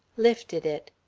lifted it.